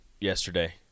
yesterday